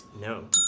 No